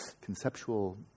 conceptual